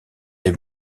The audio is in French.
les